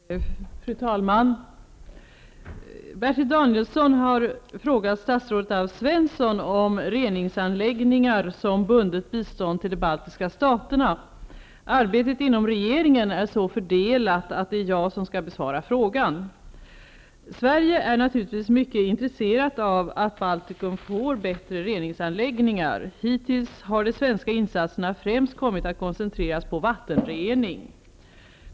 Fru talman! Bertil Danielsson har frågat statsrådet Alf Svensson om reningsanläggningar som bundet bistånd till de baltiska staterna. Arbetet inom regeringen är så fördelat att det är jag som skall besvara frågan. Sverige är naturligtvis mycket intresserat av att Baltikum får bättre reningsanläggningar. Hittills har de svenska insatserna främst kommit att koncentreras på vattenrening.